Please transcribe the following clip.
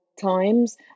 times